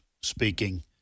speaking